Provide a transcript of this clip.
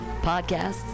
podcasts